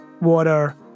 water